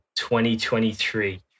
2023